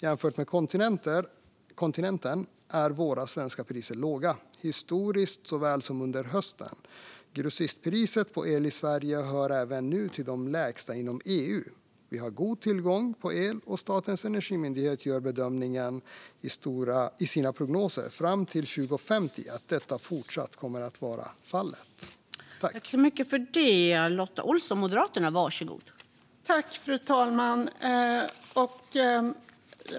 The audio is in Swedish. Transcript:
Jämfört med kontinenten är våra svenska priser låga, såväl historiskt som under hösten. Grossistpriset på el i Sverige hör även nu till de lägsta inom EU. Vi har god tillgång på el, och Statens energimyndighet gör bedömningen i sina prognoser fram till 2050 att detta fortsatt kommer att vara fallet.